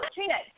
Trina